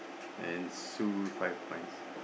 then Sue five points